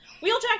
Wheeljack